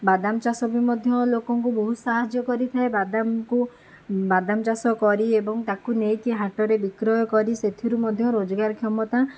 ବାଦାମ ଚାଷବି ମଧ୍ୟ ଲୋକଙ୍କୁ ବହୁତ ସାହାଯ୍ୟ କରିଥାଏ ବାଦାମକୁ ବାଦାମ ଚାଷ କରି ଏବଂ ତାକୁ ନେଇକି ହାଟରେ ବିକ୍ରୟ କରି ସେଥିରୁ ମଧ୍ୟ ରୋଜଗାରକ୍ଷମତା